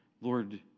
Lord